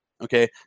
Okay